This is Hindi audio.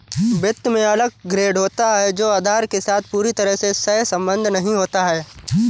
वित्त में अलग ग्रेड होता है जो आधार के साथ पूरी तरह से सहसंबद्ध नहीं होता है